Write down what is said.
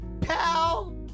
pal